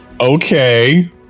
Okay